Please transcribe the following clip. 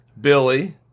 Billy